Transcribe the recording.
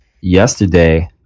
yesterday